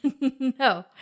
No